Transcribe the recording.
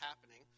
happening